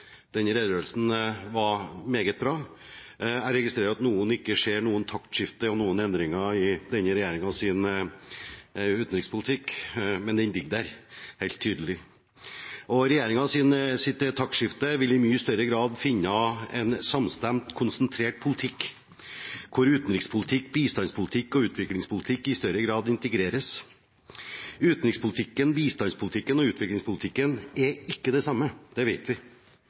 ligger der helt tydelig. Regjeringens taktskifte vil i mye større grad finne en samstemt, konsentrert politikk hvor utenrikspolitikk, bistandspolitikk og utviklingspolitikk i større grad integreres. Utenrikspolitikken, bistandspolitikken og utviklingspolitikken er ikke det samme – det vet vi,